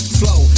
flow